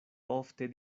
ofte